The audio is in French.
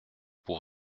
pour